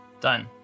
Done